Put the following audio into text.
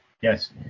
Yes